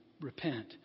repent